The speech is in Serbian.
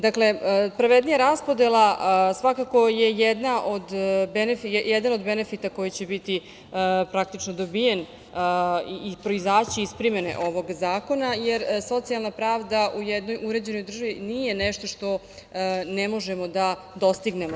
Dakle, pravednija raspodela svakako je jedan od benefita koji će biti praktično dobijen i proizaći iz primene ovog zakona jer socijalna pravda u jednoj uređenoj državni nije nešto što ne možemo da dostignemo.